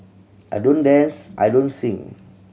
I don't dance I don't sing